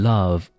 Love